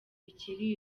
bikiri